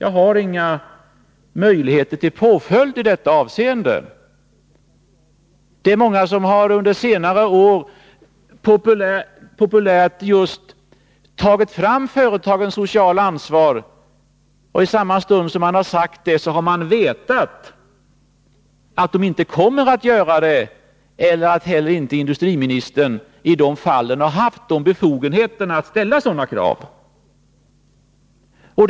Jag har inga möjligheter när det gäller att utmäta påföljder i detta avseende. Under senare år har många allmänt just framhållit företagens sociala ansvar utan att äga några formella eller lagliga möjligheter att följa upp det.